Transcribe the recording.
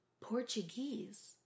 Portuguese